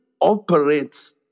operates